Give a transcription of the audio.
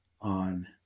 on